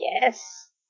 Yes